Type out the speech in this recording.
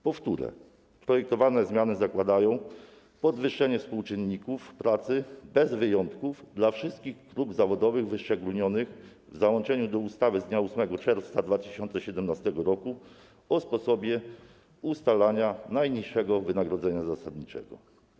Po wtóre, projektowane zmiany zakładają podwyższenie współczynników pracy bez wyjątków dla wszystkich grup zawodowych wyszczególnionych w załączniku do ustawy z dnia 8 czerwca 2017 r. o sposobie ustalania najniższego wynagrodzenia zasadniczego.